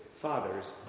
fathers